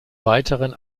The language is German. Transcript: weiteren